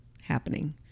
happening